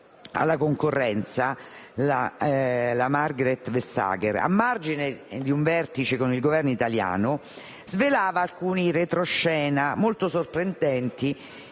alla concorrenza Margrethe Vestager, a margine di un vertice con il Governo italiano, svelò alcuni retroscena molto sorprendenti